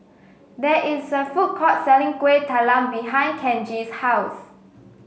there is a food court selling Kuih Talam behind Kenji's house